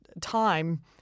time